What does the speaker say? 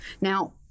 Now